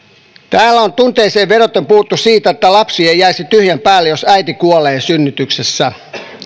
täällä on tunteisiin vedoten puhuttu siitä että lapsi ei jäisi tyhjän päälle jos äiti kuolee synnytyksessä